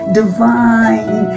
divine